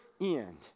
end